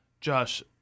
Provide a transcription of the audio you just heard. Josh